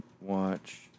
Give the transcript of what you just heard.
watch